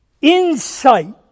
insight